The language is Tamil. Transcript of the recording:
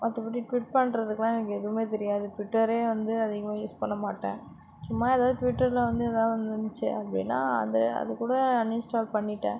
மற்றபடி ட்விட் பண்றதுக்கெல்லாம் எனக்கு எதுவுமே தெரியாது ட்விட்டரை வந்து அதிகமாக யூஸ் பண்ண மாட்டேன் சும்மா எதாவது ட்விட்டரில் வந்து எதாவது வந்துருந்திச்சு அப்படினா அது அதுக்கூட அன் இன்ஸ்டால் பண்ணிவிட்டேன்